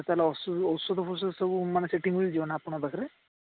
ତା'ହାଲେ ଅସୁ ଔଷଧଫୌଷଧ ସବୁ ମାନେ ସେଇଠି ମିଳିଯିବ ନା ଆପଣଙ୍କ ପାଖରେ